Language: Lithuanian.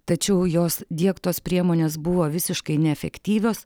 tačiau jos diegtos priemonės buvo visiškai neefektyvios